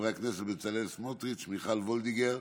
חברי הכנסת בצלאל סמוטריץ', מיכל וולדיגר,